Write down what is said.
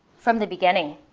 from the beginning.